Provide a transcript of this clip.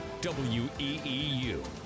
WEEU